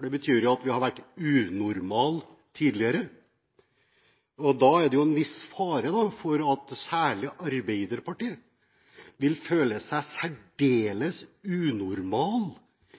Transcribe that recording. Det betyr jo at vi har vært unormale tidligere. Da er det en viss fare for at man særlig i Arbeiderpartiet vil føle seg